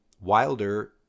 Wilder